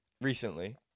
recently